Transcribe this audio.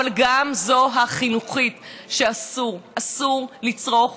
אבל גם זו החינוכית, שאסור, אסור לצרוך